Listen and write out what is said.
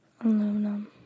Aluminum